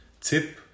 tip